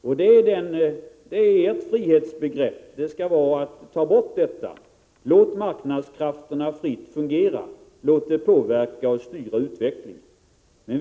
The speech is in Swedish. Där är det ett frihetsbegrepp att ta bort detta, låta marknadskrafterna fritt fungera och påverka och styra utvecklingen.